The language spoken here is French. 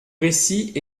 récits